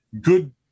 Good